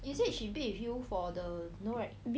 you said she bid with you for the no right